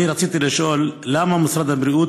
אני רציתי לשאול: 1. למה משרד הבריאות